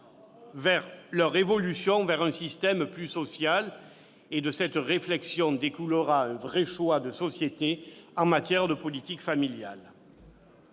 les faire évoluer vers un système plus social. De cette réflexion découlera un vrai choix de société en matière de politique familiale.